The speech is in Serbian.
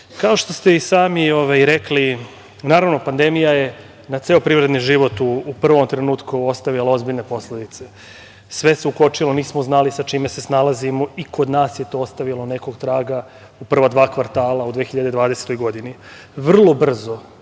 što ste i sami rekli, naravno pandemija je na ceo privredni život u prvom trenutku ostavila ozbiljne posledice. Sve se ukočilo, nismo znali sa čime se snalazimo i kod nas je to ostavilo nekog traga u prva dva kvartala u 2020. godini. Vrlo brzo,